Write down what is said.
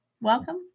Welcome